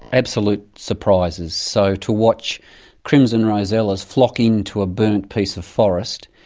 absolute surprises. so, to watch crimson rosellas flocking to a burnt piece of forest,